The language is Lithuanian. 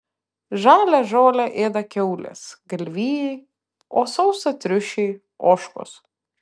žalią žolę ėda kiaulės galvijai o sausą triušiai ožkos